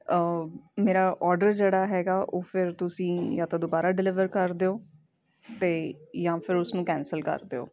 ਮੇਰਾ ਔਡਰ ਜਿਹੜਾ ਹੈਗਾ ਉਹ ਫਿਰ ਤੁਸੀਂ ਜਾਂ ਤਾਂ ਦੁਬਾਰਾ ਡਿਲੀਵਰ ਕਰ ਦਿਓ ਅਤੇ ਜਾਂ ਫਿਰ ਉਸਨੂੰ ਕੈਂਸਲ ਕਰ ਦਿਓ